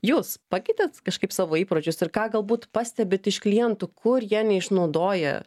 jūs pakeitėt kažkaip savo įpročius ir ką galbūt pastebit iš klientų kur jie neišnaudoja